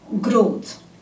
growth